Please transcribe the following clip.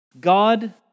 God